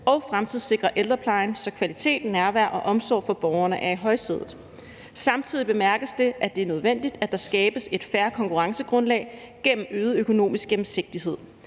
og fremtidssikre ældreplejen, så kvalitet, nærvær og omsorg for borgerne er i højsædet. Samtidig bemærkes det, at det er nødvendigt, at der skabes et fair konkurrencegrundlag gennem øget økonomisk gennemsigtighed.